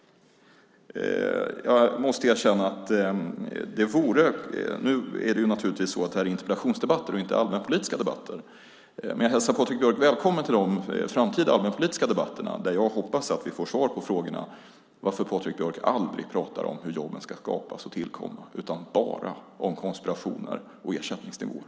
Det här är en interpellationsdebatt och inte en allmänpolitisk debatt, men jag hälsar Patrik Björck välkommen till de framtida allmänpolitiska debatterna där jag hoppas att vi får svar på frågan varför Patrik Björck aldrig talar om hur jobben ska skapas och tillkomma utan bara om konspirationer och ersättningsnivåer.